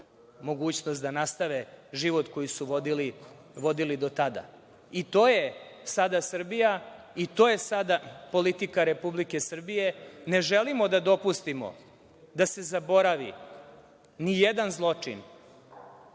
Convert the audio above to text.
mogućnost da nastave život koji su vodili do tada. To je sada Srbija i to je sada politika Republike Srbije. Ne želimo da dopustimo da se zaboravi ni jedan zločin,